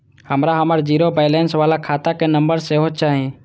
हमरा हमर zero balance बाला खाता के नम्बर सेहो चाही